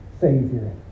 Savior